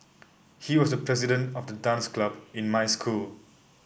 he was the president of the dance club in my school